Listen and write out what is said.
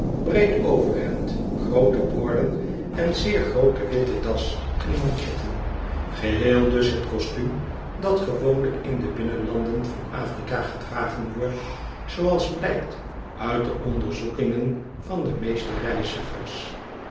breed overhemd groote boorden en zeer groote witte das en manchetten geheel dus het kostuum dat gewoonlijk in de binnenlanden van afrika gedragen wordt zooals blijkt uit de onderzoekingen van de meeste reizigers